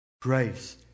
Grace